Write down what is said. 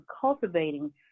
cultivating